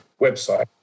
website